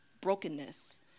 brokenness